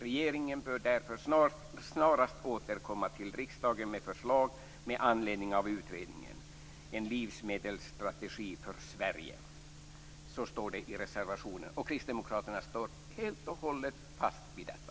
Regeringen bör därför snarast återkomma till riksdagen med förslag med anledning av utredningen Så står det i reservationen, och Kristdemokraterna står helt och hållet fast vid detta.